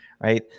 right